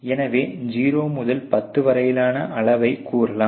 எனவே 0 முதல் 10 வரையிலான அளவைக் கூறலாம்